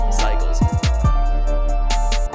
cycles